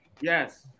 Yes